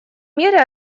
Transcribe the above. мере